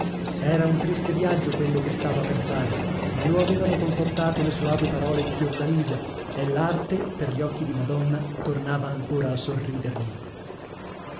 era un triste viaggio quello che stava per fare ma lo avevano confortato le soavi parole di fiordalisa e l'arte per gli occhi di madonna tornava ancora a sorridergli